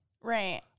Right